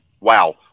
wow